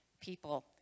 people